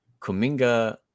kuminga